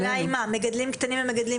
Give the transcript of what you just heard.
השאלה היא לגבי מגדלים קטנים ומגדלים